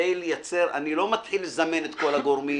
אני לא מתחיל לזמן את כל הגורמים.